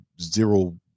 zero